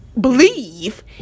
believe